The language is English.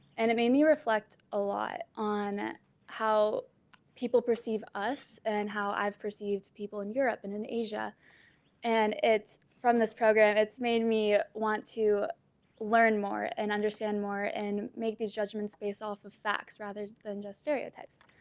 and it made me reflect a lot on how people perceive us and how i've perceived people in europe and in asia and it's from this program. it's made me want to learn more and understand more and make these judgments based off of facts rather than just stereotypes